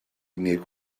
unig